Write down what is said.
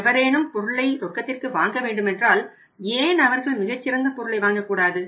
எவரேனும் பொருளை ரொக்கத்திற்கு வாங்க வேண்டுமென்றால் ஏன் அவர்கள் மிகச் சிறந்த பொருளை வாங்க கூடாது